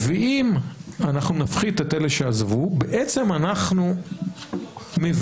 ואם אנחנו נפחית את אלה שעזבו בעצם אנחנו מבינים,